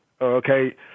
okay